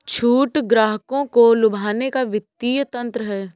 छूट ग्राहकों को लुभाने का वित्तीय तंत्र है